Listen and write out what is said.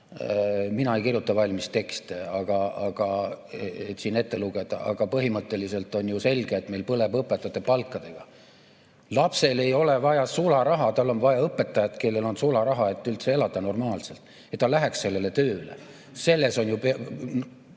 siin ette lugeda, aga põhimõtteliselt on ju selge, et meil põleb õpetajate palkadega. Lapsel ei ole vaja sularaha, tal on vaja õpetajat, kellel on sularaha, et üldse elada normaalselt ja ta läheks sellele tööle. See on